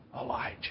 Elijah